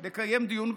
לקיים דיון,